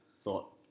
Thought